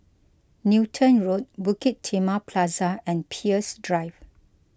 Newton Road Bukit Timah Plaza and Peirce Drive